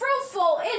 fruitful